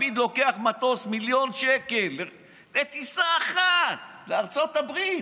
לפיד לוקח מטוס במיליון שקל לטיסה אחת לארצות הברית.